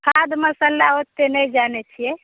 खाद मरचन्दा ओतेक नहि जानैत छियै